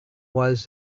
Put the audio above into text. was